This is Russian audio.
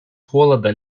холода